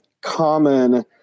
common